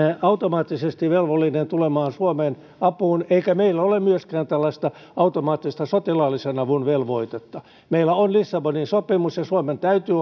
automaattisesti velvollinen tulemaan suomeen apuun eikä meillä ole myöskään tällaista automaattista sotilaallisen avun velvoitetta meillä on lissabonin sopimus ja suomella täytyy